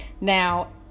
Now